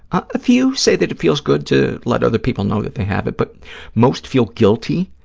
a few say that it feels good to let other people know that they have it, but most feel guilty